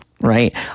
right